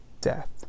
death